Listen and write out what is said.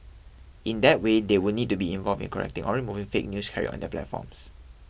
in that way they would need to be involved in correcting or removing fake news carried on their platforms